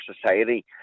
society